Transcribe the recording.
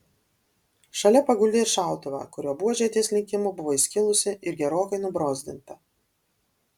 šalia paguldė ir šautuvą kurio buožė ties linkimu buvo įskilusi ir gerokai nubrozdinta